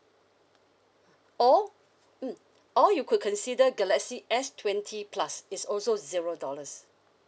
or mm or you could consider galaxy S twenty plus is also zero dollars